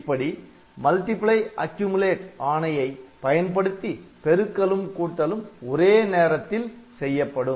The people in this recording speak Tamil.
இப்படி மல்டிபிளை அக்யூமுலேட் ஆணையை பயன்படுத்தி பெருக்கலும் கூட்டலும் ஒரே நேரத்தில் செய்யப்படும்